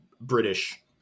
British